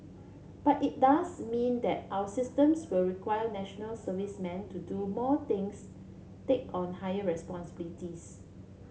but it does mean that our systems will require National Servicemen to do more things take on higher responsibilities